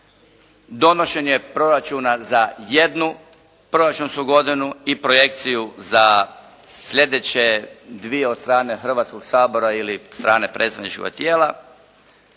Donošenje proračuna za jednu proračunsku godinu i projekciju za slijedeće dvije od strane Hrvatskog sabora ili strane predstavničkoga tijela.